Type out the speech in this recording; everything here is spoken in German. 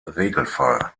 regelfall